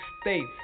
States